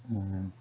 hmm